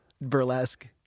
burlesque